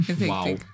Wow